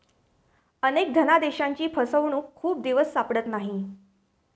अनेक धनादेशांची फसवणूक खूप दिवस सापडत नाहीत